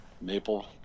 Maple